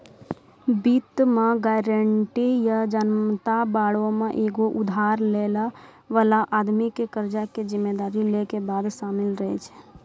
वित्त मे गायरंटी या जमानत बांडो मे एगो उधार लै बाला आदमी के कर्जा के जिम्मेदारी लै के वादा शामिल रहै छै